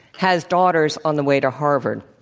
has daughters on the way to harvard.